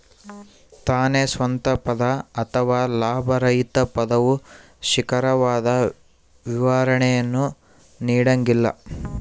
ತಾನೇ ಸ್ವಂತ ಪದ ಅಥವಾ ಲಾಭರಹಿತ ಪದವು ನಿಖರವಾದ ವಿವರಣೆಯನ್ನು ನೀಡಂಗಿಲ್ಲ